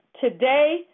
Today